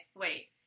wait